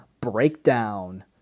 Breakdown